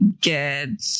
good